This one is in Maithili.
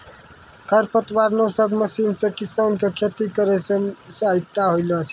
खरपतवार नासक मशीन से किसान के खेती करै मे सहायता होलै छै